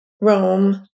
Rome